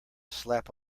slap